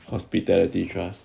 hospitality trust